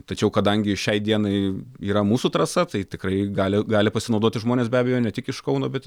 tačiau kadangi šiai dienai yra mūsų trasa tai tikrai gali gali pasinaudoti žmonės be abejo ne tik iš kauno bet